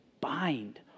bind